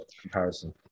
comparison